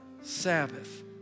Sabbath